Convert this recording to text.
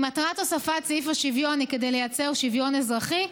אם מטרת הוספת סעיף השוויון היא לייצר שוויון אזרחי,